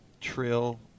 Trill